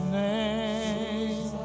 name